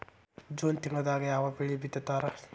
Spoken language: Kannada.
ಜೂನ್ ತಿಂಗಳದಾಗ ಯಾವ ಬೆಳಿ ಬಿತ್ತತಾರ?